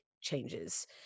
changes